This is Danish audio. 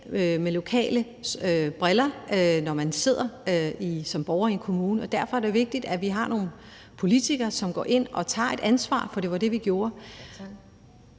med lokales briller, når man som borger sidder i en kommune, og derfor er det jo vigtigt, at vi har nogle politikere, som går ind og tager et ansvar. For det var det, vi gjorde.